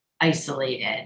isolated